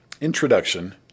introduction